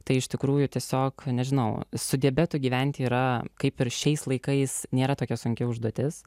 tai iš tikrųjų tiesiog nežinau su diabetu gyventi yra kaip ir šiais laikais nėra tokia sunki užduotis